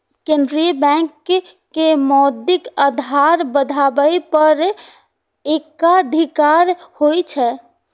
केंद्रीय बैंक के मौद्रिक आधार बढ़ाबै पर एकाधिकार होइ छै